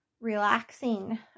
Relaxing